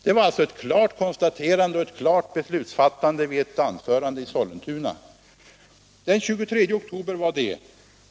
Det var ett klart konstaterande och ett klart beslutsfattande vid ett anförande i Sollentuna den 23 oktober.